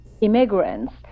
immigrants